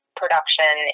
production